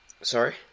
Sorry